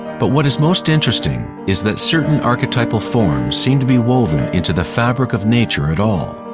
but what is most interesting is that certain archetypal forms seem to be woven into the fabric of nature at all.